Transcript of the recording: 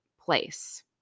place